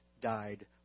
died